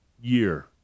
year